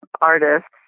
artists